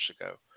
ago